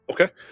Okay